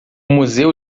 museu